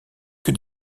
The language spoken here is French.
que